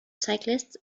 cyclists